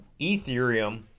Ethereum